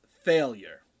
failure